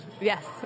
yes